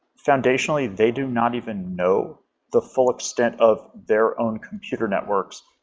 foundationally, they do not even know the full extent of their own computer networks,